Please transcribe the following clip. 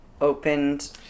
opened